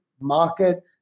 market